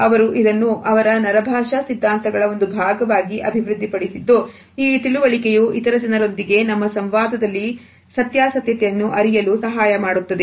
ಅವರು ಇದನ್ನು ಅವರ ನರ ಭಾಷಾ ಸಿದ್ಧಾಂತಗಳ ಒಂದು ಭಾಗವಾಗಿ ಅಭಿವೃದ್ಧಿಪಡಿಸಿದ್ದು ಈ ತಿಳುವಳಿಕೆಯು ಇತರ ಜನರೊಂದಿಗಿನ ನಮ್ಮ ಸಂವಾದದಲ್ಲಿ ಸತ್ಯಾಸತ್ಯತೆಯನ್ನು ಅರಿಯಲು ಸಹಾಯ ಮಾಡುತ್ತದೆ